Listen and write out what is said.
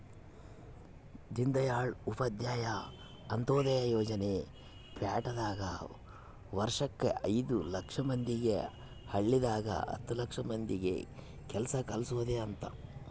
ದೀನ್ದಯಾಳ್ ಉಪಾಧ್ಯಾಯ ಅಂತ್ಯೋದಯ ಯೋಜನೆ ಪ್ಯಾಟಿದಾಗ ವರ್ಷಕ್ ಐದು ಲಕ್ಷ ಮಂದಿಗೆ ಹಳ್ಳಿದಾಗ ಹತ್ತು ಲಕ್ಷ ಮಂದಿಗ ಕೆಲ್ಸ ಕಲ್ಸೊದ್ ಅಂತ